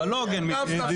אבל לא הוגן מצידך.